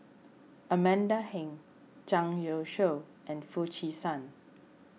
Amanda Heng Zhang Youshuo and Foo Chee San